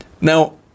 now